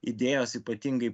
idėjos ypatingai